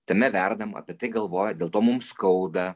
tame verdam apie tai galvoja dėl to mums skauda